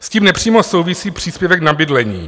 S tím nepřímo souvisí příspěvek na bydlení.